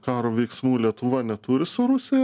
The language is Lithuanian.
karo veiksmų lietuva neturi su rusija